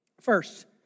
First